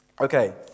Okay